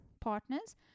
partners